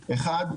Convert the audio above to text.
אחד,